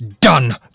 done